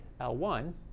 L1